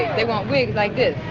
they want wigs like this.